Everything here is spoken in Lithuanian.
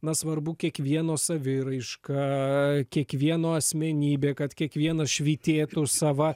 na svarbu kiekvieno saviraiška kiekvieno asmenybė kad kiekvienas švytėtų sava